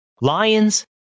Lions